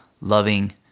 loving